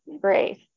grace